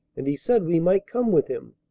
and he said we might come with him.